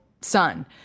son